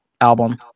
album